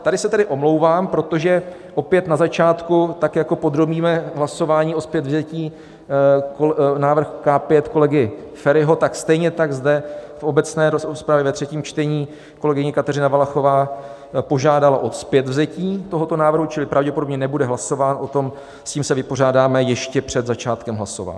Tady se tedy omlouvám, protože opět na začátku tak, jako podrobíme hlasování o zpětvzetí návrh K5 kolegy Feriho, tak stejně tak zde v obecné rozpravě ve třetím čtení kolegyně Kateřina Valachová požádala o zpětvzetí tohoto návrhu, čili pravděpodobně nebude hlasován, s tím se vypořádáme ještě před začátkem hlasování.